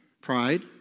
Pride